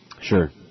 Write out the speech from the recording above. Sure